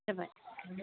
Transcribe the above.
जाबाय